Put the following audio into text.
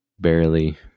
barely